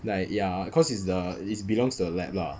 like ya cause is the is belongs the lab lah